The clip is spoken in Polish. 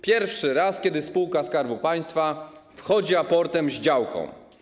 Pierwszy raz, kiedy spółka Skarbu Państwa wchodzi aportem z działką.